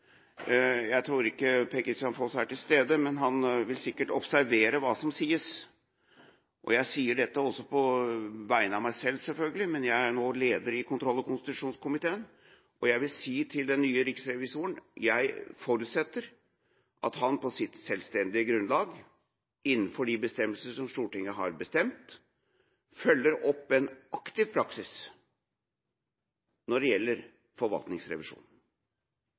Jeg tror ikke Per-Kristian Foss er til stede, men han vil sikkert observere hva som sies. Jeg sier dette også på vegne av meg selv, selvfølgelig, men jeg er nå leder av kontroll- og konstitusjonskomiteen, og jeg vil si til den nye riksrevisoren: Jeg forutsetter at han på sitt selvstendige grunnlag, innenfor de bestemmelser som Stortinget har vedtatt, følger opp en aktiv praksis når det gjelder